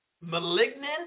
malignant